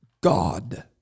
God